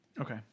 Okay